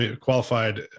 qualified